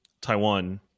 Taiwan